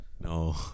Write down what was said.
No